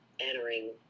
entering